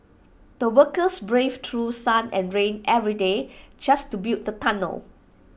the workers braved through sun and rain every day just to build the tunnel